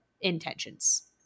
intentions